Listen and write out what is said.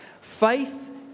Faith